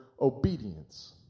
obedience